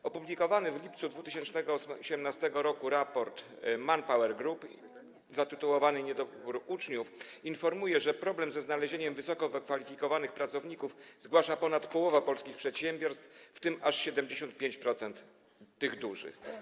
W opublikowanym w lipcu 2018 r. raporcie ManpowerGroup zatytułowanym „Niedobór uczniów” informuje się, że problem ze znalezieniem wysoko wykwalifikowanych pracowników zgłasza ponad połowa polskich przedsiębiorstw, w tym aż 75% tych dużych.